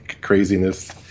craziness